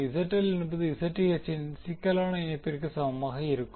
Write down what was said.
ZL என்பது Zth இன் சிக்கலான இணைப்பிற்கு சமமாக இருக்கும்